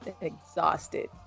exhausted